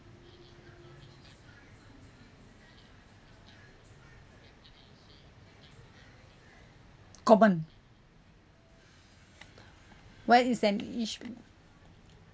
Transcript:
common what is an issue